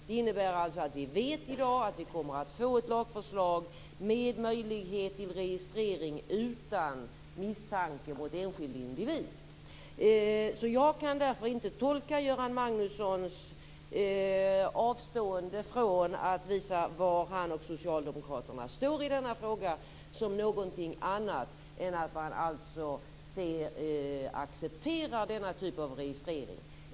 Det innebär att vi i dag vet att vi kommer att få ett lagförslag med möjlighet till registrering utan misstanke mot enskild individ. Jag kan därför inte tolka Göran Magnussons avstående från att visa var han och Socialdemokraterna står i denna fråga som något annat än att man accepterar denna typ av registrering.